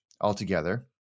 altogether